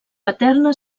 paterna